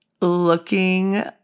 Looking